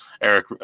Eric